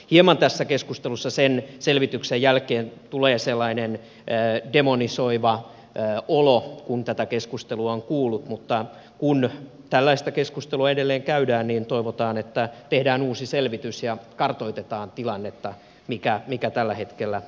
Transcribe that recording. hieman tässä keskustelussa sen selvityksen jälkeen tulee sellainen demonisoiva olo kun tätä keskustelua on kuullut mutta kun tällaista keskustelua edelleen käydään niin toivotaan että tehdään uusi selvitys ja kartoitetaan tilannetta mikä se tällä hetkellä on